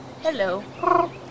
Hello